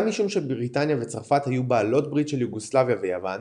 גם משום שבריטניה וצרפת היו בעלות ברית של יוגוסלביה ויוון